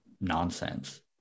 nonsense